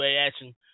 action